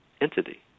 entity